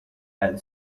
and